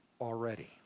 already